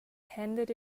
handed